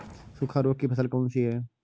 सूखा रोग की फसल कौन सी है?